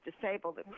disabled